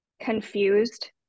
confused